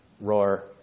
roar